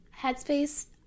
Headspace